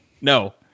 No